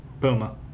Puma